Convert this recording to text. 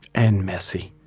and messy,